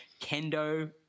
Kendo